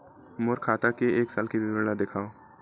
मोर खाता के एक साल के विवरण ल दिखाव?